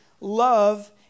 love